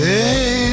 Hey